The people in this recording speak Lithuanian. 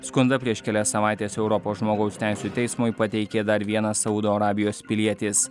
skundą prieš kelias savaites europos žmogaus teisių teismui pateikė dar vienas saudo arabijos pilietis